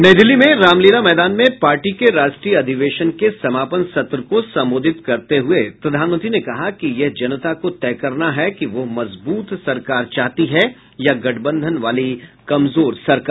नई दिल्ली में रामलीला मैदान में पार्टी के राष्ट्रीय अधिवेशन के समापन सत्र को संबोधित करते हुए प्रधानमंत्री ने कहा कि यह जनता को तय करना है कि वह मजबूत सरकार चाहती है या गठबंधन वाली कमजोर सरकार